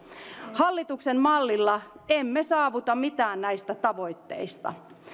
hallituksen mallilla emme saavuta mitään näistä tavoitteista